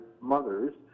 mothers